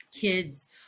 kids